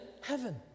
heaven